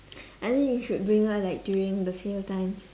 I think you should bring her like during the sale times